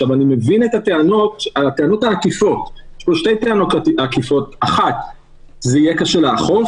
אני מבין את הטענות העקיפות ויש פה שתיים: 1. יהיה קשה לאכוף,